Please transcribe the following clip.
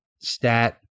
stat